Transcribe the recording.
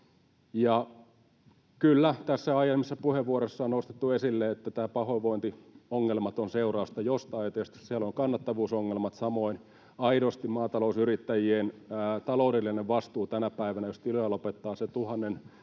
Ja kyllä, tässä aiemmissa puheenvuoroissa on nostettu esille, että nämä pahoinvointiongelmat ovat seurausta jostain. Tietysti siellä on kannattavuusongelmat. Samoin aidosti maatalousyrittäjien taloudellinen vastuu tänä päivänä: Jos tiloja lopetetaan se reilu